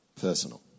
personal